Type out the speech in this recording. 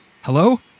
Hello